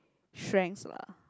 strengths lah